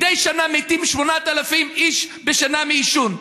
מדי שנה מתים 8,000 איש בשנה מעישון.